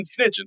snitching